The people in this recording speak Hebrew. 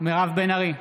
מירב בן ארי,